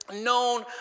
Known